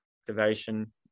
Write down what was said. activation